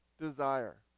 desire